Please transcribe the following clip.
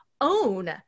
own